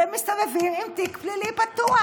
ומסתובבים עם תיק פלילי פתוח.